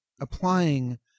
applying